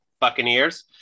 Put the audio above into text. Buccaneers